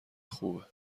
خوبه